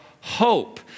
hope